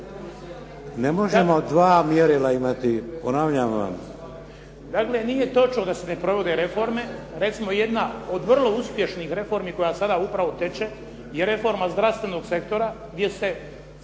ne možemo dva mjerila imati, ponavljam vam.